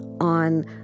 on